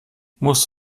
musst